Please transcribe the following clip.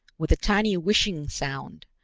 with a tiny whishing sound,